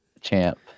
champ